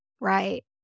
Right